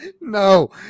No